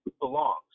belongs